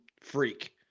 freak